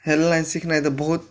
हेलनाइ सिखनाइ तऽ बहुत